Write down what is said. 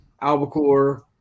albacore